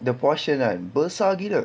the portion kan besar gila